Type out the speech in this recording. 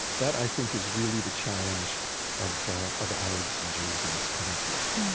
that, i think, is really the challenge of of arabs and jews in this conflict.